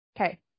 Okay